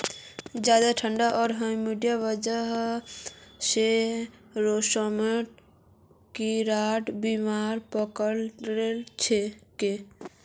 ज्यादा ठंडी आर ह्यूमिडिटीर वजह स रेशमेर कीड़ाक बीमारी पकड़े लिछेक